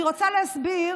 אני רוצה להסביר